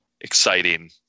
exciting